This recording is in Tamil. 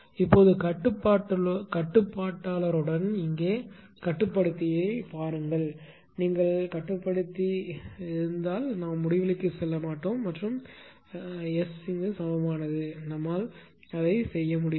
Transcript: இப்போது கட்டுப்பாட்டாளருடன் இங்கே கட்டுப்படுத்தியைப் பாருங்கள் நீங்கள் கட்டுப்படுத்தி இருந்தால் நாம் முடிவிலிக்குச் செல்ல மாட்டோம் அல்லது எஸ் சமமானது நம்மால் அதைச் செய்ய முடியாது